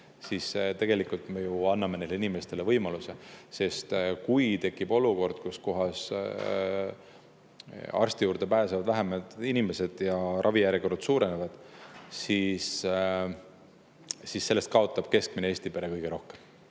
siis tegelikult me ju anname neile inimestele võimaluse. Sest kui tekib olukord, et arsti juurde pääsevad vähemad inimesed ja ravijärjekorrad pikenevad, siis sellest kaotab keskmine Eesti pere kõige rohkem.